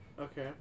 Okay